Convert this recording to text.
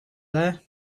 there